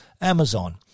Amazon